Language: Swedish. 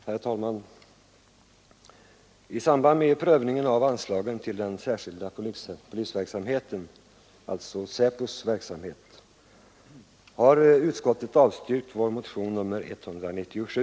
Herr talman! I samband med prövningen av anslagen till den särskilda polisverksamheten — alltså SÄPO:s verksamhet — har utskottet avstyrkt vår motion 197.